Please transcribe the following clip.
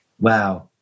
Wow